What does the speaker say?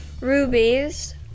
rubies